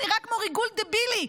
שנראה כמו ריגול דבילי,